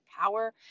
power